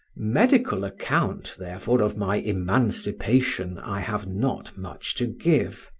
medical account, therefore, of my emancipation i have not much to give,